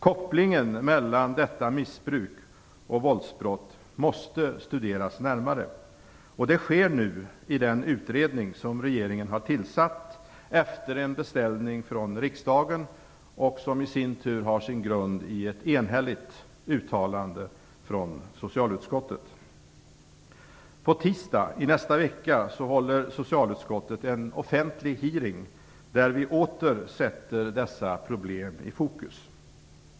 Kopplingen mellan detta missbruk och våldsbrott måste studeras närmare, och det sker nu i den utredning som regeringen har tillsatt efter en beställning från riksdagen, som i sin tur har sin grund i ett enhälligt uttalande från socialutskottet. På tisdag i nästa vecka håller socialutskottet en offentlig hearing där vi åter sätter dessa problem i fokus.